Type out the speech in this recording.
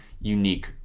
unique